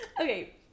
Okay